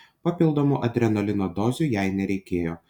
papildomų adrenalino dozių jai nereikėjo